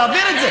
להעביר את זה?